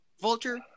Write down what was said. Vulture